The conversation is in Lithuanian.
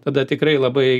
tada tikrai labai